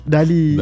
Dali